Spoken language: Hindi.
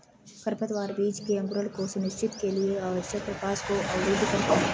खरपतवार बीज के अंकुरण को सुनिश्चित के लिए आवश्यक प्रकाश को अवरुद्ध करते है